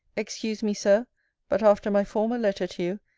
excuse me, sir but, after my former letter to you,